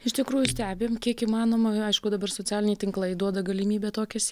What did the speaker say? iš tikrųjų stebim kiek įmanoma aišku dabar socialiniai tinklai duoda galimybę tokias